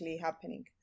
happening